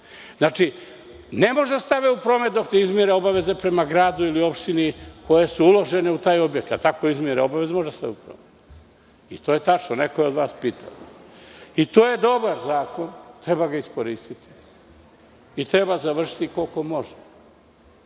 puta. Ne mogu da stave u promet dok ne izmire obaveze prema gradu ili opštini koje su uložene u taj objekat. Ako izmire obaveze, mogu da stave u promet. To je tačno. Neko je od vas pitao. To je dobar zakon, treba ga iskoristiti i treba završiti koliko može.